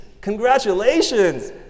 congratulations